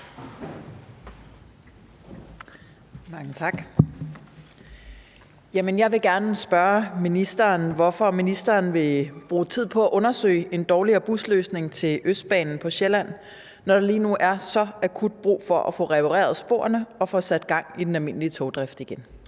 Flyvholm (EL): Mange tak. Hvorfor vil ministeren bruge tid på at undersøge en dårligere busløsning til Østbanen på Sjælland, når der lige nu er så akut brug for at få repareret sporene og sat gang i den almindelige togdrift igen?